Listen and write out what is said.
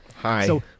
Hi